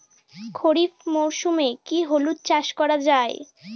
খরিফ মরশুমে কি হলুদ চাস করা য়ায়?